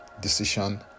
decision